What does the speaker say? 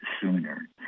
sooner